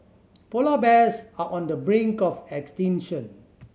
polar bears are on the brink of extinction